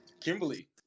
Kimberly